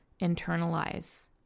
internalize